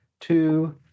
Two